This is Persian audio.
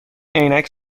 عینک